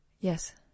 Yes